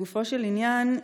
לגופו של עניין,